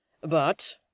But